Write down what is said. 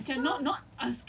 paiseh kan nak tanya